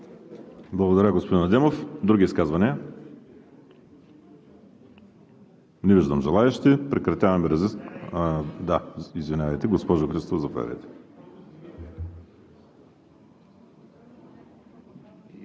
Благодаря, господин Адемов. Други изказвания? Не виждам желаещи. Прекратявам разискванията. Да, извинявайте. Госпожо Христова, заповядайте.